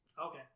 Okay